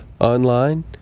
online